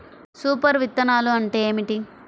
Super విత్తనాలు అంటే ఏమిటి?